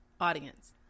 audience